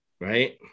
right